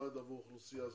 במיוחד עבור אוכלוסייה זו.